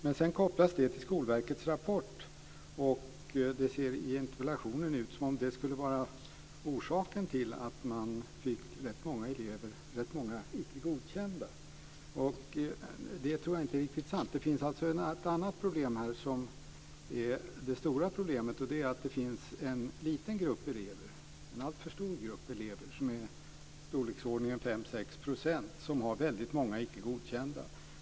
Men sedan kopplas det till Skolverkets rapport, och det ser i interpellationen ut som om det skulle vara orsaken till att man fick rätt många icke godkända elever. Det tror jag inte är riktigt sant. Det finns ett annat problem här som är det stora problemet. Det är att det finns en alltför stor grupp elever - i storleksordningen 5-6 %- som är icke godkända i väldigt många ämnen.